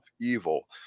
evil